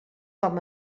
com